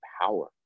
power